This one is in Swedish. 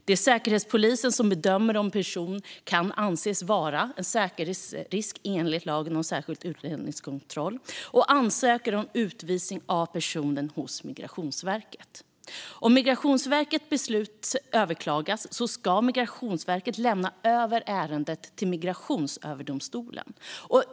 Det är Säkerhetspolisen som bedömer om en person kan anses vara en säkerhetsrisk enligt LSU och ansöker om utvisning av personen hos Migrationsverket. Om Migrationsverkets beslut överklagas ska verket lämna över ärendet till Migrationsöverdomstolen.